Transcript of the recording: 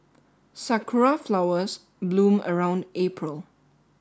sakura flowers bloom around April